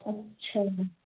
अच्छा